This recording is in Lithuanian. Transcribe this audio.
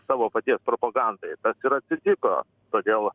savo paties propagandai ir atsitiko todėl